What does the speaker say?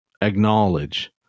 acknowledge